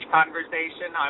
conversation